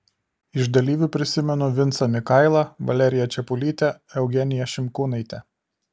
iš dalyvių prisimenu vincą mikailą valeriją čepulytę eugeniją šimkūnaitę